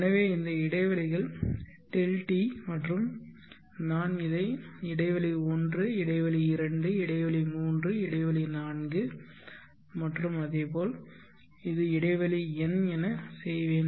எனவே இந்த இடைவெளிகள் Δt மற்றும் நான் இதை இடைவெளி 1 இடைவெளி 2 இடைவெளி 3 இடைவெளி 4 மற்றும் பல இது இடைவெளி n என செய்வேன்